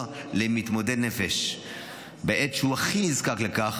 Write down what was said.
למתמודד נפש בעת שהוא הכי נזקק לכך,